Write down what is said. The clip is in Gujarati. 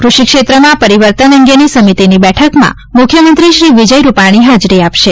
ક્રષિક્ષેત્રમાં પરિવર્તન અંગેની સમિતિની બેઠકમાં મુખ્યમંત્રીશ્રી વિજય રુપાણી હાજરી આપશે